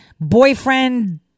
boyfriend